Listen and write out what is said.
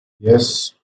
yes